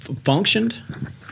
functioned